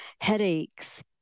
headaches